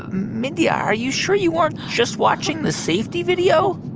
ah mindy, are you sure you weren't just watching the safety video?